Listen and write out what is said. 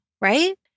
right